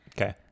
Okay